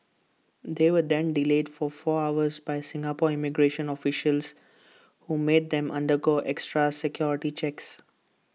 they were then delayed for four hours by Singapore immigration officials who made them undergo extra security checks